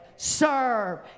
Serve